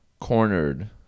cornered